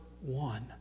one